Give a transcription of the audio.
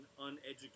uneducated